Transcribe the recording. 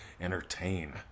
entertain